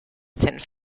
senf